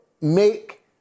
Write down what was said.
make